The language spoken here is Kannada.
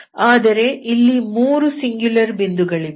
ಆದರೆ ಇಲ್ಲಿ 3 ಸಿಂಗುಲರ್ ಬಿಂದುಗಳಿವೆ